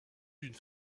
d’une